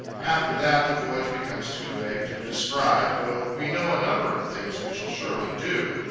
after that the voyage becomes too vague to describe, though we know a number of things we shall surely do,